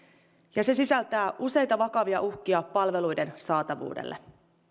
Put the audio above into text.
ja se sisältää useita vakavia uhkia palveluiden saatavuudelle